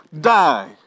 die